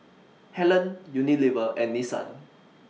Helen Unilever and Nissan